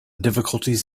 difficulties